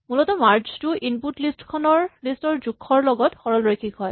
মূলতঃ মাৰ্জ টো input list ৰ জোখৰ লগত সৰলৰৈখিক হয়